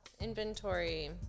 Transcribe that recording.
inventory